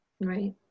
Right